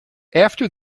after